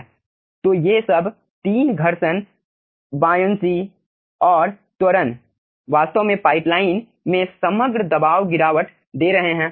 तो ये सब 3 घर्षण बोयेंसी और त्वरण वास्तव में पाइपलाइन में समग्र दबाव गिरावट दे रहे हैं